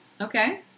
Okay